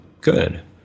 good